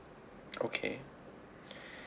okay